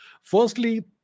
Firstly